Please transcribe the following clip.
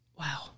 Wow